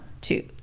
two